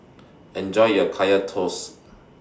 Enjoy your Kaya Toast